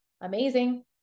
Amazing